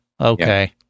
Okay